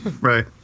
Right